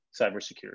cybersecurity